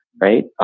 right